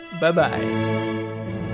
Bye-bye